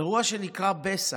אירוע שנקרא Besa.